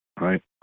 right